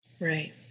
Right